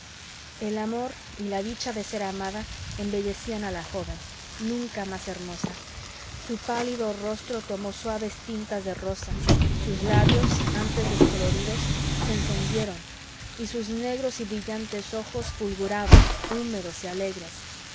el amor y la dicha de ser amada embellecían a la joven nunca más hermosa su pálido rostro tomó suaves tintas de rosa sus labios antes descoloridos se encendieron y sus negros y brillantes ojos fulguraban húmedos y alegres